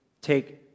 take